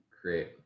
create